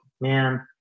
man